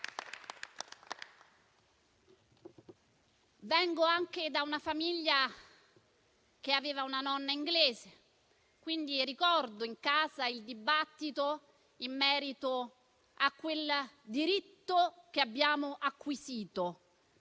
Vengo da una famiglia che aveva una nonna inglese, e quindi ricordo in casa il dibattito in merito a quel diritto che abbiamo acquisito.